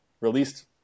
released